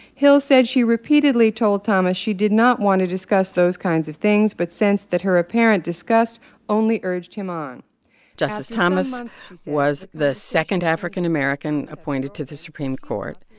hill said she repeatedly told thomas she did not want to discuss those kinds of things, but sensed that her apparent disgust only urged him on justice thomas was the second african-american appointed to the supreme court,